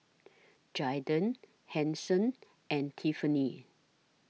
Zaiden Hanson and Tiffani